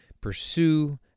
pursue